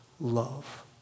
love